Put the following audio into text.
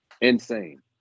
Insane